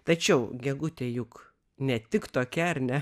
tačiau gegutė juk ne tik tokia ar ne